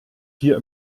hier